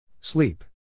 Sleep